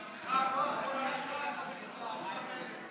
מירב, לא.